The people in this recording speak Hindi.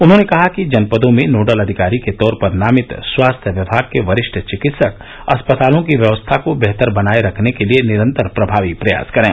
उन्होंने कहा कि जनपदों में नोडल अधिकारी के तौर पर नामित स्वास्थ्य विभाग के वरिष्ठ चिकित्सक अस्पतालों की व्यवस्था को बेहतर बनाए रखने के लिए निरन्तर प्रभावी प्रयास करें